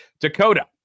Dakota